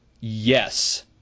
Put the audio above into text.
Yes